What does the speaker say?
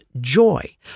joy